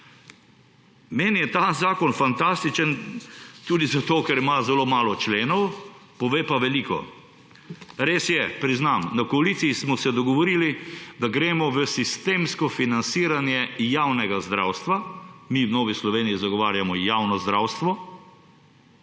Meni je ta zakon fantastičen tudi zato, ker ima zelo malo členov, pove pa veliko. Res je, priznam, v koaliciji smo se dogovorili, da gremo v sistemsko financiranje javnega zdravstva. Mi v Novi Sloveniji zagovarjamo javno zdravstvo.